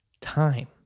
time